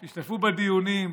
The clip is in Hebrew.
תשתתפו בדיונים,